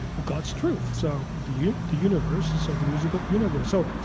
god's truth. so, the the universe and so the musical universe. so,